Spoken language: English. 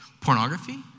pornography